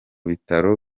bitaro